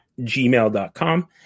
gmail.com